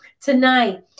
tonight